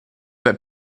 that